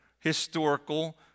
historical